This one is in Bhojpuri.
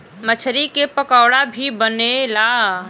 मछरी के पकोड़ा भी बनेला